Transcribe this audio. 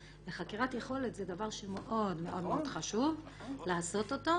וחקירת יכולת זה דבר שמאוד-מאוד חשוב לעשות אותו,